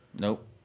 Nope